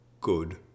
good